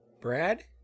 Brad